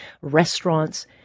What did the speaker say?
restaurants